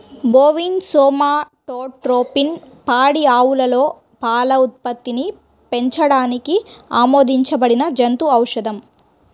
bovine somatotropin పాడి ఆవులలో పాల ఉత్పత్తిని పెంచడానికి ఆమోదించబడిన జంతు ఔషధం